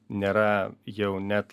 nėra jau net